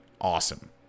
awesome